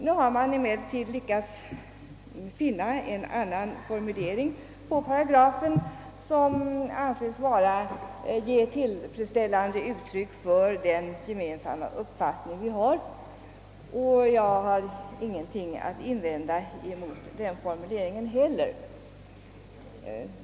Nu har man emellertid lyckats finna en annan formulering av paragrafen, som anses. vara ett tillfredsställande uttryck för vår gemensamma uppfattning i frågan. Jag har ingenting att invända mot den formuleringen heller.